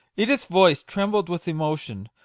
edith's voice trembled with emotion,